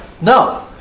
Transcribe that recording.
no